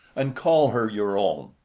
and call her your own?